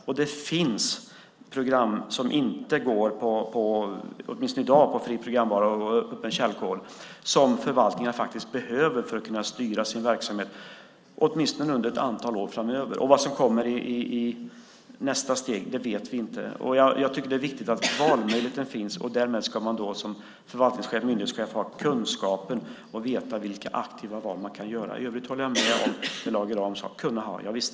Och det finns, åtminstone i dag, program som inte går på fri programvara och källkod som förvaltningar faktiskt behöver för att kunna styra sin verksamhet, i varje fall under ett antal år framöver. Vad som kommer i nästa steg vet vi inte. Jag tycker att det är viktigt att valmöjligheten finns, och därmed ska man som förvaltningschef och myndighetschef ha kunskapen och veta vilka aktiva val man kan göra. I övrigt håller jag med om det Lage Rahm sade. Kunna ha, javisst!